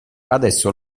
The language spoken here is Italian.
adesso